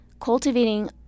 Cultivating